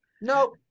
Nope